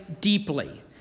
deeply